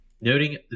Noting